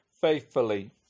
faithfully